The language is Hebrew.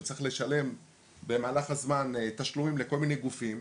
שצריך לשלם במהלך הזמן תשלומים לכל מיני גופים,